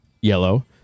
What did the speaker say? yellow